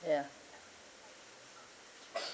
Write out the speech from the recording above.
ya